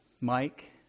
Mike